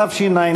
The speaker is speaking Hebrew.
התשע"ד